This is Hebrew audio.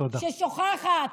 ששוכחת